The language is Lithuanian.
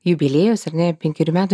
jubiliejaus ar ne penkerių metų